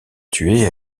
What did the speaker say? tué